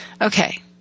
Okay